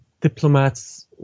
diplomats